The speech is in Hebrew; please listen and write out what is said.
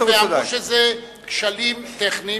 ואמרו שזה כשלים טכניים.